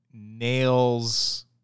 nails